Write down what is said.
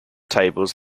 tables